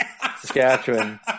Saskatchewan